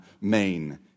main